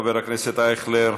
חבר הכנסת אייכלר,